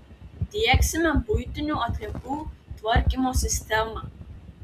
diegsime buitinių atliekų tvarkymo sistemą